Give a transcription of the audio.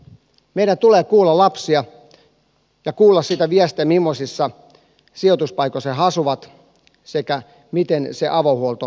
meidän tulee kuulla lapsia ja kuulla sitä viestiä mimmoisissa sijoituspaikoissa he asuvat sekä miten avohuolto etenee